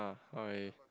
ah okay